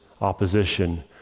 opposition